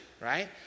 right